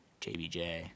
JBJ